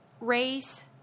Race